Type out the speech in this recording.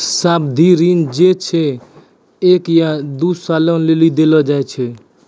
सावधि ऋण जे छै एक या दु सालो लेली देलो जाय छै